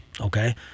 Okay